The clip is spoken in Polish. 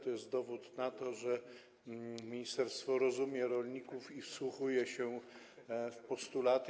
To jest dowód na to, że ministerstwo rozumie rolników i wsłuchuje się w postulaty.